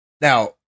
now